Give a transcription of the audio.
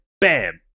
bam